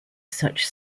such